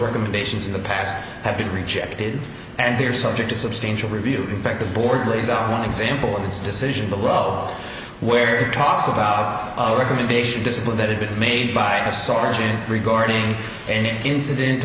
recommendations in the past have been rejected and they're subject to substantial review in fact the board plays are an example of this decision below where it talks about off recommendation discipline that had been made by a sergeant regarding any incident